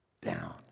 down